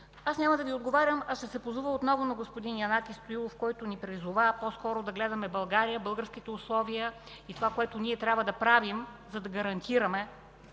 Вас няма да Ви отговарям, а ще се позова отново на господин Янаки Стоилов, който ни призова по-скоро да гледаме България, българските условия и това, което трябва да правим, за да гарантираме